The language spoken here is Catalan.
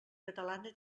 catalana